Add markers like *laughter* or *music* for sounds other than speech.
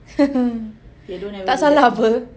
*laughs* tak salah [pe]